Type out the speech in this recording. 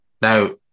Now